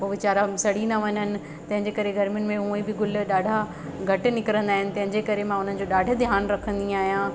हूअ वेचारा सड़ी ना वञनि तंहिंजे करे गर्मियुनि में हूअंई बि गुल ॾाढा घटि निकिरींदा आहिनि तंहिंजे करे मां हुननि जो ॾाढे ध्यानु रखंदी आहियां